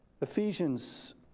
Ephesians